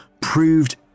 proved